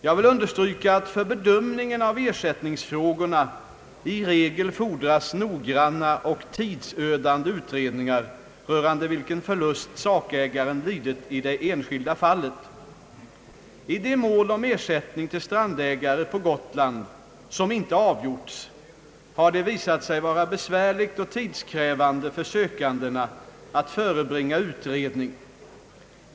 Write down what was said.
Jag vill understryka att för bedömningen av ersättningsfrågorna i regel fordras noggranna och tidsödande utredningar rörande vilken förlust sakägaren lidit i det enskilda fallet. I de mål om ersättning till strandägare på Gotland som inte avgjorts har det visat sig vara besvärligt och tidskrävande för sökandena att förebringa utredning.